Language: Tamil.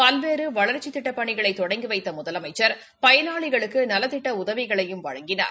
பல்வேறு வளர்ச்சித் திட்டப்பணிகளை தொடங்கி வைத்த முதலமைச்சா் பயனாளிகளுக்கு நலத்திட்ட உதவிகளையும் வழங்கினார்